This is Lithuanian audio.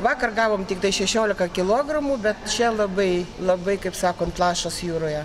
vakar gavom tiktai šešiolika kilogramų bet čia labai labai kaip sakom lašas jūroje